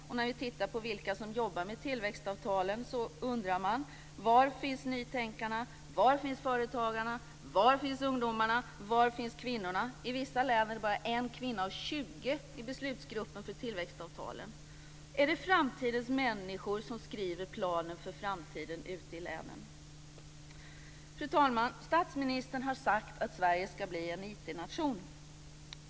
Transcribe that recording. Och när vi tittar på vilka som jobbar med tillväxtavtalen undrar man: Var finns nytänkarna? Var finns företagarna? Var finns ungdomarna? Var finns kvinnorna? I vissa län är det bara en kvinna på 20 i beslutsgruppen för tillväxtavtalen. Är det framtidens människor som skriver planen för framtiden ute i länen? Fru talman! Statsministern har sagt att Sverige ska bli en IT-nation.